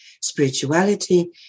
spirituality